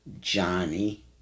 Johnny